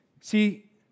See